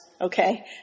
okay